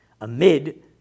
amid